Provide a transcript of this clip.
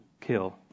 kill